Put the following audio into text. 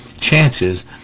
chances